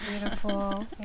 Beautiful